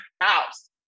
house